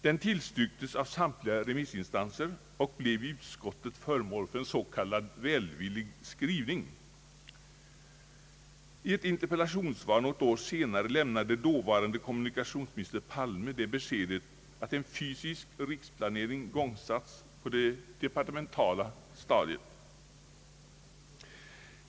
Den tillstyrktes av samtliga remissinstanser och blev i utskottet föremål för en s.k. välvillig skrivning. I ett interpellationssvar något år senare lämnade dåvarande kommunikationsminister Palme det beskedet att en fysisk riksplanering igångsatts på det departementala planet.